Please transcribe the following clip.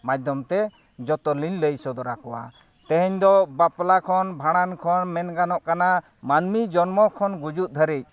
ᱢᱟᱫᱽᱫᱷᱚᱢᱼᱛᱮ ᱡᱚᱛᱚᱞᱤᱧ ᱞᱟᱹᱭ ᱥᱚᱫᱚᱨ ᱟᱠᱚᱣᱟ ᱛᱮᱦᱮᱧ ᱫᱚ ᱵᱟᱯᱞᱟ ᱠᱷᱚᱱ ᱵᱷᱟᱸᱰᱟᱱ ᱠᱷᱚᱱ ᱢᱮᱱ ᱜᱟᱱᱚᱜ ᱠᱟᱱᱟ ᱢᱟᱹᱱᱢᱤ ᱡᱚᱱᱢᱚ ᱠᱷᱚᱱ ᱜᱩᱡᱩᱜ ᱫᱷᱟᱹᱨᱤᱡ